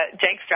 Jake